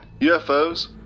UFOs